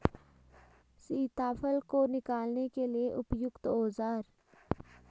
सीताफल को निकालने के लिए उपयुक्त औज़ार?